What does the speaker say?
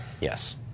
Yes